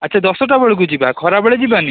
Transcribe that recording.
ଆଚ୍ଛା ଦଶଟାବେଳକୁ ଯିବା ଖରାବେଳେ ଯିବାନି